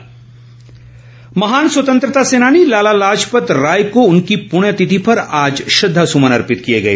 श्रद्वांजलि महान स्वतंत्रता सेनानी लाला लाजपत राय को उनकी पुण्य तिथि पर आज श्रद्वासुमन अर्पित किए गए